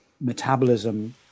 metabolism